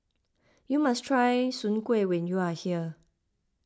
you must try Soon Kueh when you are here